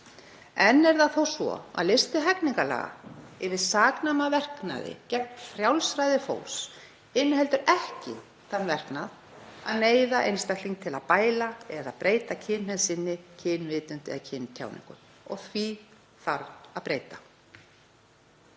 Enn er það þó svo að listi hegningarlaga yfir saknæma verknaði gegn frjálsræði fólks inniheldur ekki þann verknað að neyða einstakling til að bæla eða breyta kynhneigð sinni, kynvitund eða kyntjáningu og því þarf að breyta.